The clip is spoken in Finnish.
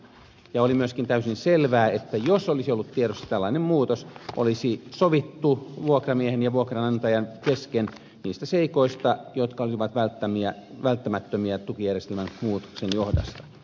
ja oli myöskin täysin selvää että jos olisi ollut tiedossa tällainen muutos olisi sovittu vuokramiehen ja vuokranantajan kesken niistä seikoista jotka olisivat olleet välttämättömiä tukijärjestelmän muutoksen johdosta